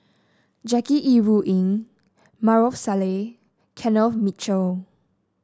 Jackie Yi Ru Ying Maarof Salleh Kenneth Mitchell